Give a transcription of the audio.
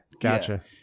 gotcha